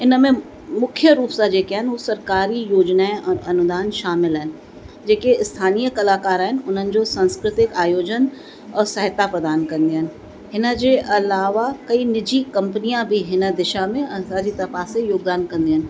हिन में मुख्यु रुप सां जेके आहिनि हू सरकारी योजिनाए और अनुदान शामिल आहिनि जेके स्थानीअ कलाकार आहिनि उन्हनि जो संस्कृतिक आयोजन और सहायता प्रदान कंदी आहिनि हिनजे अलावा कई निजी कंपनीआ बि हिन दिशा में हिनजे पासे योगदान कंदियूं आहिनि